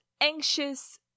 anxious